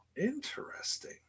interesting